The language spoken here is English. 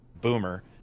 boomer